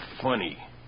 funny